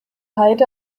heide